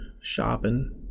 shopping